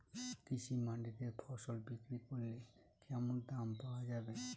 কৃষি মান্ডিতে ফসল বিক্রি করলে কেমন দাম পাওয়া যাবে?